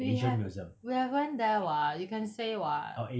we have we have went there [what] you can say [what]